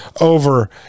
over